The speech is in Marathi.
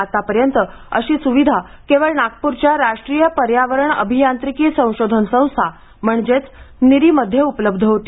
आत्तापर्यंतअशी स्विधा केवळ नागप्रच्या राष्ट्रीय पर्यावरणीय अभियांत्रिकी संशोधन संस्था म्हणजेच निरी मध्ये होती